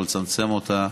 או לצמצם אותה,